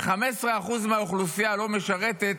15% מהאוכלוסייה לא משרתת,